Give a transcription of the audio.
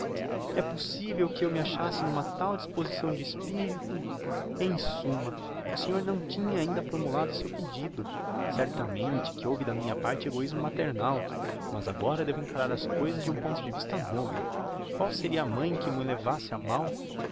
é possivel que eu me achasse numa tal disposição de espirito em summa o senhor não tinha ainda formulado o seu pedido certamente que houve da minha parte egoismo maternal mas agora devo encarar as coisas de um ponto de vista novo qual seria a mãe que m'o levasse a mal